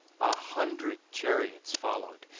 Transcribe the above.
a hundred chariots followed,